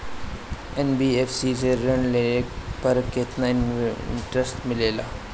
NBFC से ऋण लेने पर केतना इंटरेस्ट मिलेला?